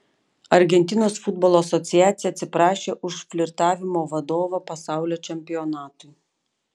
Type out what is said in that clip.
argentinos futbolo asociacija atsiprašė už flirtavimo vadovą pasaulio čempionatui